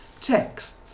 text